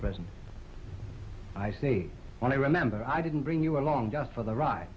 present i see when i remember i didn't bring you along just for the ride